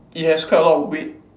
it has quite a lot of weight